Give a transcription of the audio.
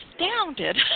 astounded